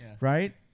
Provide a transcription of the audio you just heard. right